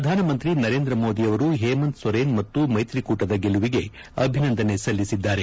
ಪ್ರಧಾನಮಂತಿ ನರೇಂದ ಮೋದಿ ಅವರು ಹೇಮಂತ್ ಸೊರೇನ್ ಮತ್ತು ಮೈತ್ರಿಕೂಟದ ಗೆಲುವಿಗೆ ಅಭಿನಂದನೆ ಸಲ್ಲಿಸಿದ್ದಾರೆ